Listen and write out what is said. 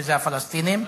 שזה הפלסטינים,